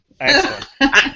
Excellent